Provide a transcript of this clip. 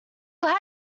glad